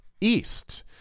East